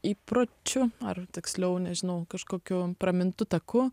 įpročiu ar tiksliau nežinau kažkokiu pramintu taku